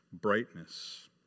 brightness